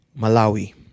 Malawi